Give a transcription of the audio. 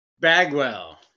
Bagwell